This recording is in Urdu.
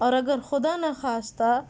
اور اگر خدانخواستہ